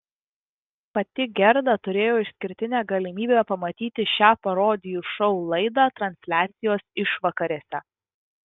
pati gerda turėjo išskirtinę galimybę pamatyti šią parodijų šou laidą transliacijos išvakarėse